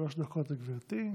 שלוש דקות לגברתי.